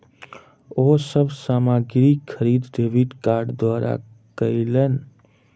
ओ सब सामग्री खरीद डेबिट कार्ड द्वारा कयलैन